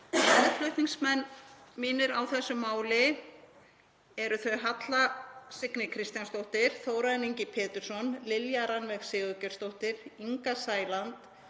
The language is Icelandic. Meðflutningsmenn mínir á þessu máli eru þau Halla Signý Kristjánsdóttir, Þórarinn Ingi Pétursson, Lilja Rannveig Sigurgeirsdóttir, Inga Sæland,